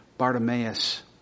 Bartimaeus